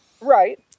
Right